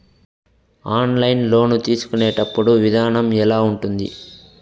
online loan తీసుకునేటప్పుడు విధానం ఎలా ఉంటుంది